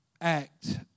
act